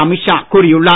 அமித் ஷா கூறியுள்ளார்